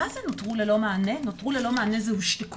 מה זה נותרו ללא מענה?, נותרו ללא מענה זה הושתקו,